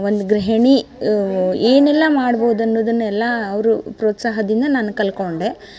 ಒಂದು ಗೃಹಿಣಿ ಏನೆಲ್ಲ ಮಾಡ್ಬೋದನ್ನುದನ್ನ ಎಲ್ಲಾ ಅವರು ಪ್ರೋತ್ಸಾಹದಿಂದ ನಾನು ಕಲ್ಕೊಂಡೆ